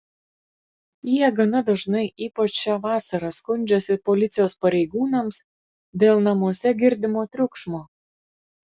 jie gana dažnai ypač šią vasarą skundžiasi policijos pareigūnams dėl namuose girdimo triukšmo